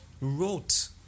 wrote